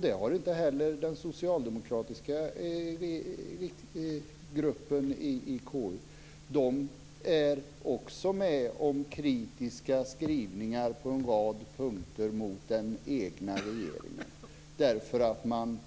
Det har inte heller den socialdemokratiska gruppen i KU. Den står bakom kritiska skrivningar på en rad punkter mot den egna regeringen eftersom man